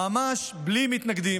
ממש בלי מתנגדים.